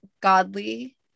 godly